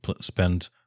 spend